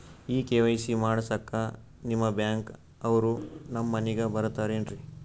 ಈ ಕೆ.ವೈ.ಸಿ ಮಾಡಸಕ್ಕ ನಿಮ ಬ್ಯಾಂಕ ಅವ್ರು ನಮ್ ಮನಿಗ ಬರತಾರೆನ್ರಿ?